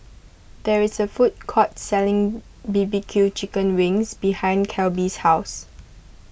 there is a food court selling B B Q Chicken Wings behind Kelby's house